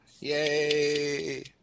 Yay